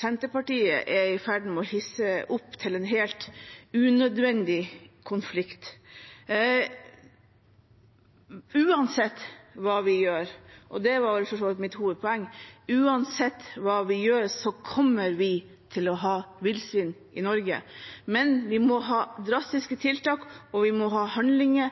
Senterpartiet er i ferd med å hisse opp til en helt unødvendig konflikt. Uansett hva vi gjør, og det var selvfølgelig mitt hovedpoeng, kommer vi til å ha villsvin i Norge. Men vi må ha drastiske tiltak, og vi må ha